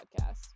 Podcast